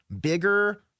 bigger